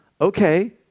Okay